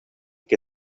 que